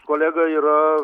kolega yra